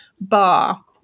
bar